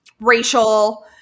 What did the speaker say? racial